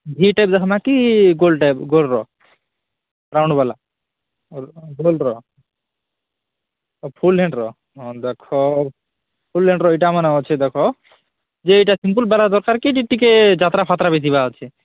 Vita ଦେଖମା କି ଗୋଲ୍ଟା ଗୋଲ୍ର ରାଉଣ୍ଡ ଵାଲା ଗୋଲ୍ର ଫୁଲ୍ ହ୍ୟାଣ୍ଡ୍ର ହଁ ଦେଖ ଫୁଲ୍ ହ୍ୟାଣ୍ଡ୍ର ଏଇଟା ମାନେ ଅଛି ଦେଖ ଯେ ଏଟା ସିମ୍ପଲ୍ ଵାଲା ଦରକାର କି ଯେ ଟିକେ ଯାତ୍ରା ଫାତ୍ରା ବି ଥିବା ଅଛେ